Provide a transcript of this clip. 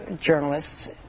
journalists